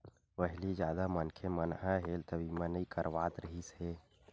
पहिली जादा मनखे मन ह हेल्थ बीमा नइ करवात रिहिस हे